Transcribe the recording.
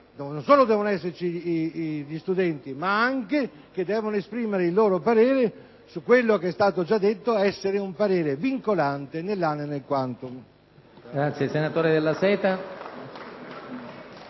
non solo devono esserci gli studenti, ma anche che devono esprimere il loro parere su quello che è stato già detto essere un parere vincolante nell'*an* e nel *quantum*. *(Applausi dal